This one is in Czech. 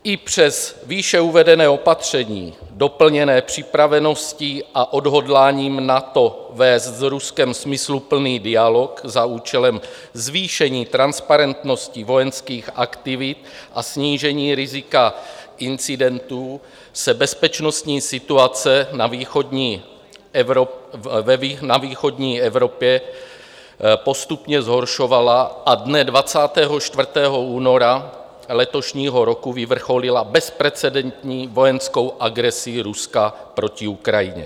I přes výše uvedené opatření doplněné připraveností a odhodláním NATO vést s Ruskem smysluplný dialog za účelem zvýšení transparentnosti vojenských aktivit a snížení rizika incidentů se bezpečnostní situace ve východní Evropě postupně zhoršovala a dne 24. února letošního roku vyvrcholila bezprecedentní vojenskou agresí Ruska proti Ukrajině.